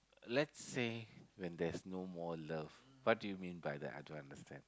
let's say when there's no more love what do you mean by that I don't understand